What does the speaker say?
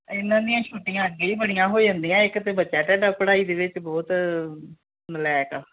ਇਹਨਾਂ ਦੀਆਂ ਛੁੱਟੀਆਂ ਅੱਗੇ ਬੜੀਆਂ ਹੋ ਜਾਂਦੀਆਂ ਇੱਕ ਤਾਂ ਬੱਚਾ ਤੁਹਾਡਾ ਪੜ੍ਹਾਈ ਦੇ ਵਿੱਚ ਬਹੁਤ ਨਾਲਾਇਕ ਆ